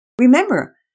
Remember